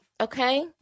okay